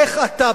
איך אתה,